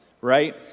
right